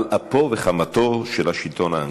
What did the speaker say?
על אפו וחמתו של השלטון האנגלי.